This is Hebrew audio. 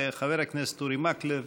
וחבר הכנסת אורי מקלב